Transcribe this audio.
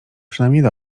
przynajmniej